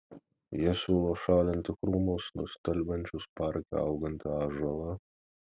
jie siūlo šalinti krūmus nustelbiančius parke augantį ąžuolą